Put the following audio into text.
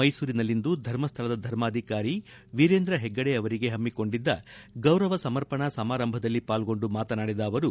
ಮೈಸೂರಿನಲ್ಲಿಂದು ಧರ್ಮಸ್ಥಳದ ಧರ್ಮಾಧಿಕಾರಿ ವೀರೇಂದ್ರ ಹೆಗ್ಗಡೆ ಅವರಿಗೆ ಹಮ್ಮಿಕೊಂಡಿದ್ದ ಗೌರವ ಸಮರ್ಪಣಾ ಸಮಾರಂಭದಲ್ಲಿ ಪಾಲ್ಗೊಂಡು ಮಾತನಾಡಿದ ಅವರು